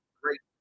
great